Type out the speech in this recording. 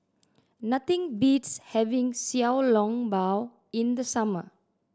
nothing beats having Xiao Long Bao in the summer